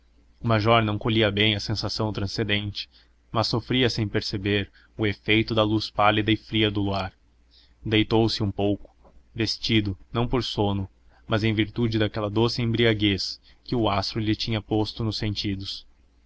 major não colhia bem a sensação transcendente mas sofria sem perceber o efeito da luz pálida e fria do luar deitou-se um pouco vestido não por sono mas em virtude daquela doce embriaguez que o astro lhe tinha posto nos sentidos